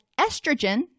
estrogen